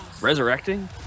resurrecting